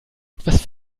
etwas